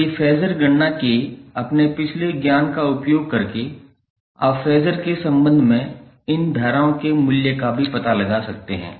इसलिए फेज़र गणना के अपने पिछले ज्ञान का उपयोग करके आप फेज़र के संदर्भ में इन धाराओं के मूल्य का भी पता लगा सकते हैं